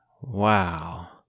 Wow